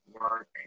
work